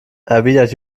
erwidert